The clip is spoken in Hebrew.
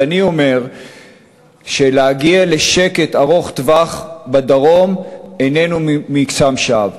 ואני אומר שלהגיע לשקט ארוך-טווח בדרום אין זה מקסם שווא.